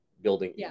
building